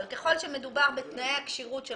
אבל ככל שמדובר בתנאי הכשירות של